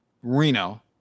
Reno